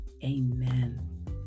Amen